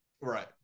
Right